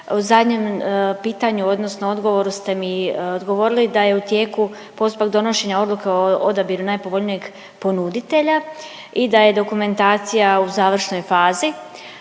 U zadnjem pitanju, odnosno odgovoru ste mi odgovorili da je u tijeku postupak donošenja odluka o odabiru najpovoljnijeg ponuditelja i da je dokumentacija u završnoj fazi.